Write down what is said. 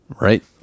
Right